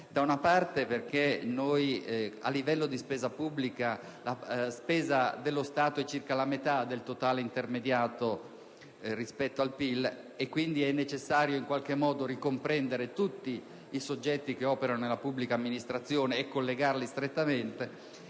da una parte, a livello di spesa pubblica, la spesa dello Stato è circa la metà del totale intermediato rispetto al PIL (quindi è necessario ricomprendere tutti i soggetti che operano nella pubblica amministrazione e collegarli strettamente),